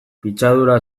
pitzadura